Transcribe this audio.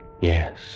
Yes